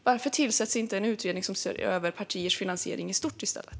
Varför tillsätts inte en utredning som ser över partiers finansiering i stort i stället?